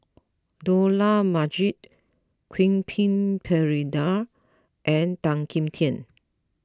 Dollah Majid Quentin Pereira and Tan Kim Tian